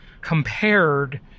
compared